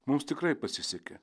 mums tikrai pasisekė